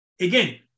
Again